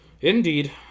Indeed